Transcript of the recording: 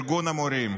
ארגון המורים.